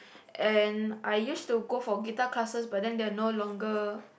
and I used to go for guitar classes but then they are no longer